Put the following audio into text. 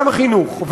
גם חינוך,